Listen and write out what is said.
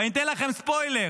ואני אתן לכם ספוילר: